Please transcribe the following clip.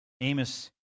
Amos